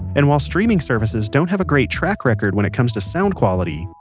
and while streaming services don't have a great track record when it comes to sound quality,